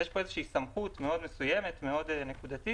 יש פה סמכות מאוד מסוימת, מאוד נקודתית,